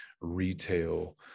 retail